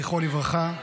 זכרו לברכה,